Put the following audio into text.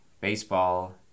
baseball